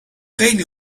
خیلی